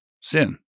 sin